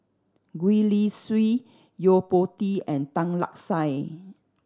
Gwee Li Sui Yo Po Tee and Tan Lark Sye